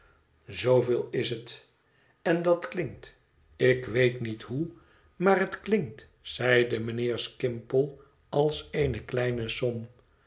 zooveel is het en dat klinkt ik weet niet hoe maar het klinkt zeide mijnheer skimpole als eene kleine som